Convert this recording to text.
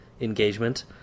engagement